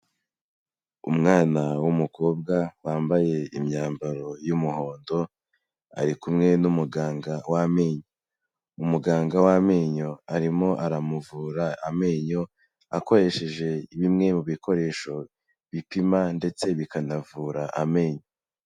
Umwana w'umukobwa wambaye imyambaro y'umuhondo, ari kumwe n'umuganga w'amenyo. Umuganga w'amenyo arimo aramuvura amenyo, akoresheje bimwe mu bikoresho bipima ndetse bikanavura amenyo.